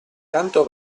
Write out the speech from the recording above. tanto